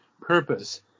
purpose